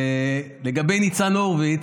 לגבי ניצן הורוביץ,